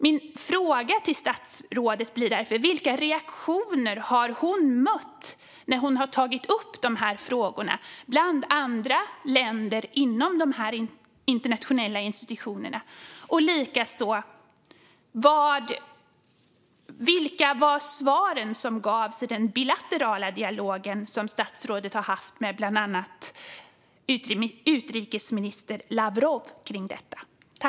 Min fråga till statsrådet blir därför: Vilka reaktioner har hon mött när hon har tagit upp de här frågorna bland andra länder inom dessa internationella institutioner? Och likaså: Vilka var svaren som gavs i den bilaterala dialog som statsrådet har haft med bland andra utrikesminister Lavrov kring detta?